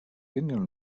genial